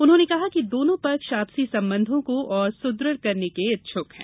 उन्होंने कहा कि दोनों पक्ष आपसी संबंधों को और सुदृढ़ करने के इच्छुक हैं